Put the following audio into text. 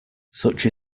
such